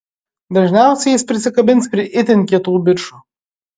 dažniausiai jis prisikabins prie itin kietų bičų